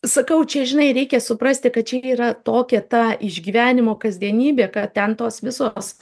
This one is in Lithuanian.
sakau čia žinai reikia suprasti kad čia yra tokia ta išgyvenimo kasdienybė kad ten tos visos